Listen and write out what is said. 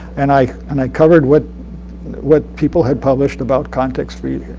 and i and i covered what what people had published about context-free